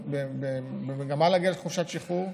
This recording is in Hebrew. במגמה להגיע לחופשת שחרור.